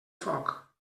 foc